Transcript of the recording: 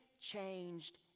changed